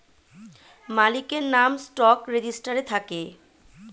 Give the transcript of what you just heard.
মালিকের নাম স্টক রেজিস্টারে থাকে